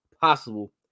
possible